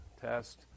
test